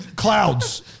Clouds